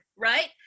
right